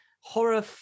horror